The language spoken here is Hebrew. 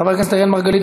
חבר הכנסת אראל מרגלית,